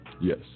Yes